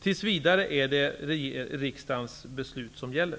Tills vidare är det riksdagens beslut som gäller.